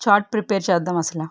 chat prepare చేద్దాం అసల